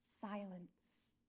silence